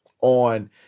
on